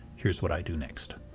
here's what i do next.